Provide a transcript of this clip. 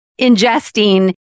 ingesting